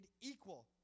equal